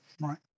right